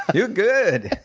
you're good.